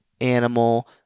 animal